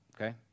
okay